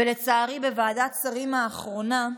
ולצערי, בוועדת שרים האחרונה,